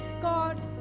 God